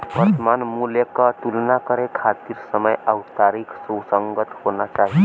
वर्तमान मूल्य क तुलना करे खातिर समय आउर तारीख सुसंगत होना चाही